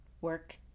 Work